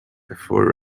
before